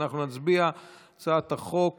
אנחנו נצביע על הצעת החוק